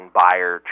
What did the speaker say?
buyer